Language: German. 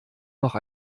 noch